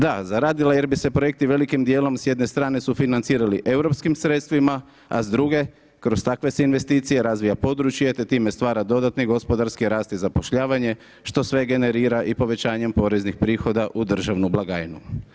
Da, zaradila jer bi se projekti velikim dijelom s jedne strane sufinancirali europskim sredstvima a s druge kroz takve se investicije razvija područje te time stvara dodatni gospodarski rast i zapošljavanje što sve generira i povećanjem poreznih prihoda u državnu blagajnu.